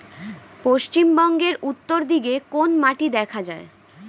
পশ্চিমবঙ্গ উত্তর দিকে কোন মাটি দেখা যায়?